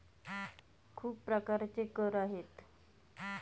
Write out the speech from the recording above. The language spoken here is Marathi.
खूप प्रकारचे कर आहेत